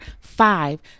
Five